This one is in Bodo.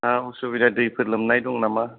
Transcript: माबा उसुबिदा दैफोर लोमनाय दं नामा